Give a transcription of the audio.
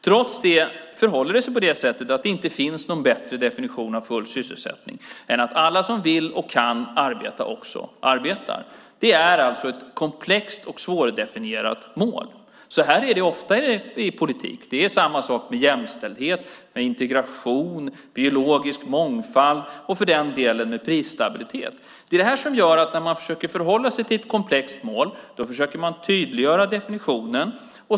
Trots det finns det inte någon bättre definition av full sysselsättning än att alla som vill och kan arbeta också arbetar. Det är ett komplext och svårdefinierat mål. Så är det ofta i politik. Det är samma sak med jämställdhet, integration, biologisk mångfald och för den delen med prisstabilitet. När man försöker förhålla sig till ett komplext mål försöker man tydliggöra definitionen.